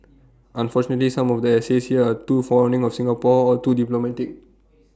unfortunately some of the essays here are too fawning of Singapore or too diplomatic